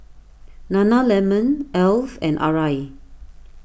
Nana Lemon Alf and Arai